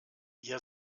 ihr